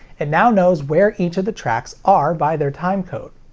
it now knows where each of the tracks are by their time code.